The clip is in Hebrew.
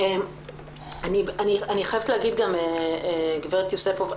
אני חייבת להגיד, הגברת יוספוף.